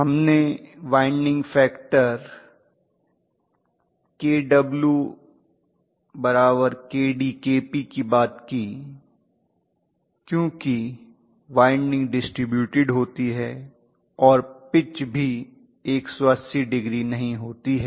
हम ने winding factor kwkdkp की बात की क्योंकि वाइंडिंग डिसटीब्युटेड होती है और पिच भी 180° नहीं होती है